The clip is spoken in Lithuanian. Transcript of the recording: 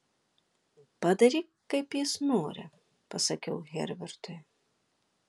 padaryk kaip jis nori pasakiau herbertui